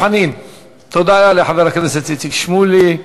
תודה לחבר הכנסת איציק שמולי.